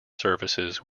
surfaces